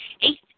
eight